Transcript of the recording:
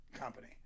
company